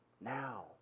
now